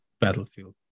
Battlefield